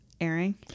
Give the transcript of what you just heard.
airing